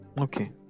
okay